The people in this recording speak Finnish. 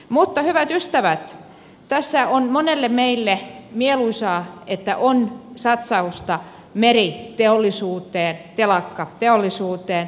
mutta hyvät ystävät tässä on monelle meille mieluisaa että on satsausta meriteollisuuteen telakkateollisuuteen